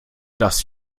das